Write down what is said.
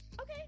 Okay